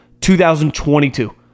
2022